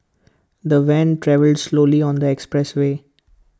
the van travelled slowly on the expressway